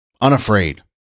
unafraid